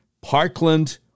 Parkland